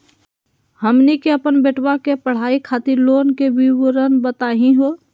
हमनी के अपन बेटवा के पढाई खातीर लोन के विवरण बताही हो?